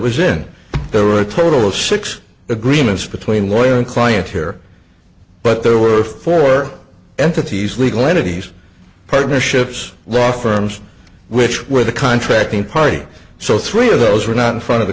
was in there were a total of six agreements between lawyer and client here but there were four entities legal entities partnerships law firms which were the contracting party so three of those were not in front of the